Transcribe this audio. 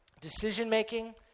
decision-making